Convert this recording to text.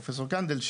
פרופ' קנדל,